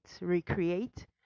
recreate